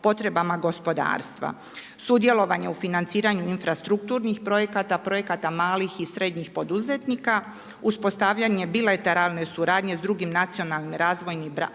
potrebama gospodarstva. Sudjelovanje u financiranju infrastrukturnih projekata, projekata malih i srednjih poduzetnika, uspostavljanje bilateralne suradnje s drugim nacionalnim razvojnim